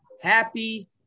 Happy